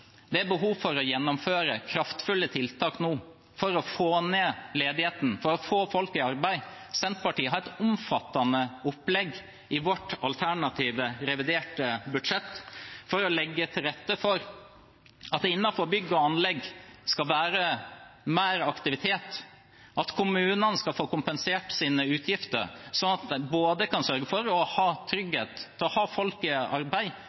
Det er nå behov for å gjennomføre kraftfulle tiltak for å få ned ledigheten, for å få folk i arbeid. Senterpartiet har et omfattende opplegg i sitt alternative reviderte budsjett for å legge til rette for at det skal være mer aktivitet innenfor bygg og anlegg, at kommunene skal få kompensert sine utgifter, slik at de både kan sørge for å ha trygghet for å ha folk i arbeid,